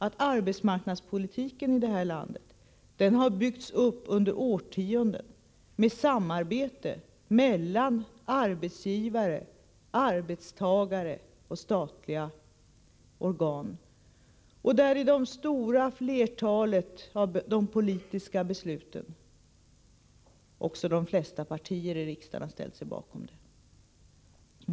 Arbetsmarknadspolitiken i det här landet har byggts upp under årtionden med samarbete mellan arbetsgivare, arbetstagare och statliga organ, och det stora flertalet av de politiska besluten har också de flesta partier i riksdagen ställt sig bakom.